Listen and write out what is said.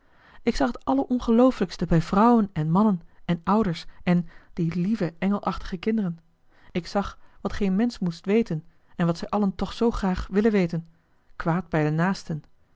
ik zag het allerongeloofelijkste bij vrouwen en mannen en ouders en die lieve engelachtige kinderen ik zag wat geen mensch moest weten en wat zij allen toch zoo graag willen weten kwaad bij de naasten